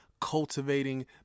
cultivating